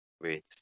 wait